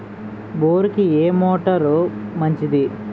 బోరుకి ఏ మోటారు మంచిది?